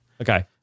Okay